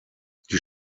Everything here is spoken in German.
die